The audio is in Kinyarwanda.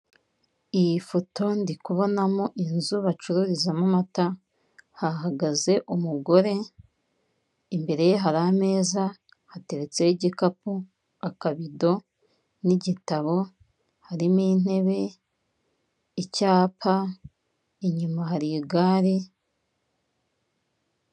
Iyi foto ndi kubonamo inzu bacururizamo amata, hahagaze umugore, imbere ye hari ameza, hateretseho igikapu, akabido, n'igitabo, harimo intebe, icyapa, inyuma hari igare.